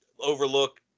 overlook